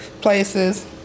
places